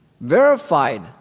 verified